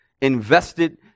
invested